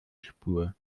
spur